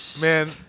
Man